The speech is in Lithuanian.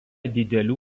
didelių